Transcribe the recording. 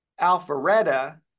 Alpharetta